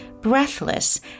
breathless